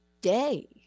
day